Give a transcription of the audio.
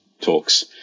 talks